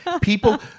people